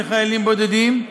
לחיילים בודדים,